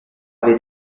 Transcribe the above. avait